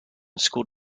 school